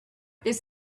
this